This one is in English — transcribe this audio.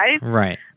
Right